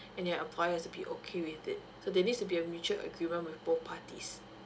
and your employer have to be okay with it so they needs to be a mutual agreement with both parties